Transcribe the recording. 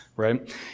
right